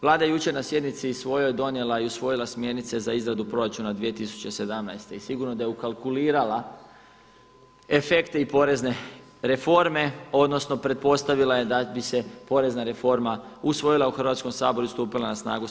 Vlada je jučer na sjednici svojoj donijela i usvojila Smjernice za izradu proračuna 2017. i sigurno da je ukalkulirala efekte i porezne reforme, odnosno pretpostavila je da bi se porezna reforma usvojila u Hrvatskom saboru i stupila na snagu s